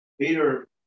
Peter